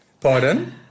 Pardon